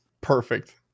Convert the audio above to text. Perfect